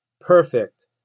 perfect